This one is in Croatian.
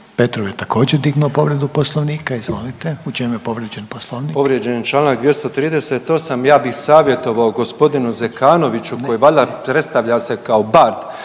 Petrov je također dignuo povredu poslovnika, izvolite, u čem je povrijeđen poslovnik? **Petrov, Božo (MOST)** Povrijeđen je čl. 238.. Ja bih savjetovao g. Zekanoviću koji valjda predstavlja se kao bard